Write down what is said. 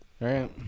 right